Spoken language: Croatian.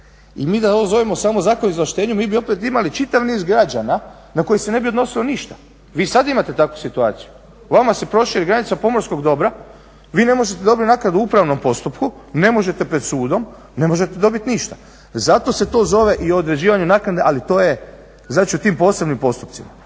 i mi da ovo zovemo samo Zakon o ovlaštenju mi bi opet imali čitav niz građana na koje se ne bi odnosilo ništa. Vi sad imate takvu situaciju, vama se proširi granica pomorskog dobra, vi ne možete dobiti naknadu u upravnom postupku, ne možete pred sudom, ne možete dobiti ništa. Zato se to zove i o određivanju naknade, ali to je znači u tim posebnim postupcima.